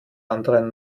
anderen